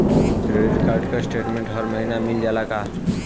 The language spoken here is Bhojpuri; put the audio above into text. क्रेडिट कार्ड क स्टेटमेन्ट हर महिना मिल जाला का?